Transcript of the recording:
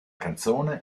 canzone